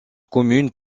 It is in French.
commune